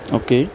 okay